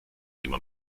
immer